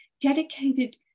dedicated